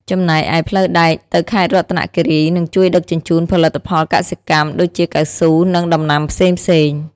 ចំណែកឯផ្លូវដែកទៅខេត្តរតនគិរីនឹងជួយដឹកជញ្ជូនផលិតផលកសិកម្មដូចជាកៅស៊ូនិងដំណាំផ្សេងៗ។